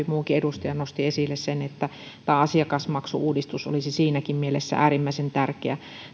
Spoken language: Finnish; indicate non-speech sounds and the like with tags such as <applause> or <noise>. <unintelligible> muukin edustaja nosti esille sen että tämä asiakasmaksu uudistus olisi siinäkin mielessä äärimmäisen tärkeä